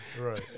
Right